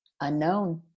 unknown